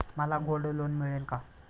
मला gold loan मिळेल का?